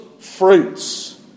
fruits